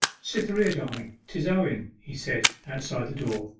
cytherea, darling tis owen he said, outside the door.